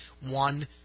One